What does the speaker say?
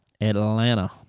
Atlanta